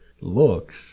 looks